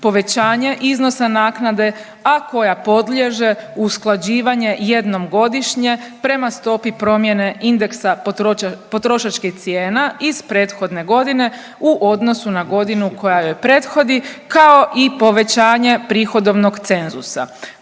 povećanje iznosa naknade, a koja podliježe usklađivanje jednom godišnje prema stopu promjene indeksa potrošačke cijena iz prethodne godine u odnosu na godinu koja joj prethodi, kao i povećanje prihodovnog cenzusa.